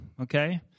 Okay